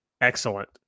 excellent